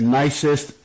nicest